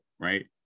right